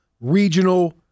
regional